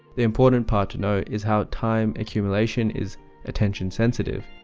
the important part to note is how time accumulation is attention sensitive,